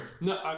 No